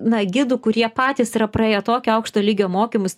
na gidų kurie patys yra praėję tokio aukšto lygio mokymus